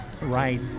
Right